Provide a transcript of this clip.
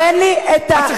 תן לי את, תצא בחוץ.